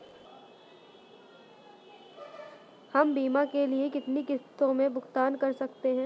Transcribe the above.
हम बीमा के लिए कितनी किश्तों में भुगतान कर सकते हैं?